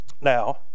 Now